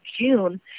June